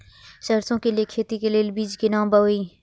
सरसों के लिए खेती के लेल बीज केना बोई?